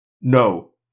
No